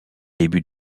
début